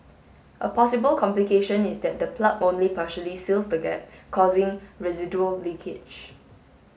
a possible complication is that the plug only partially seals the gap causing residual leakage